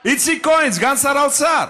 איציק כהן, סגן שר האוצר,